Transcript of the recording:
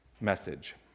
message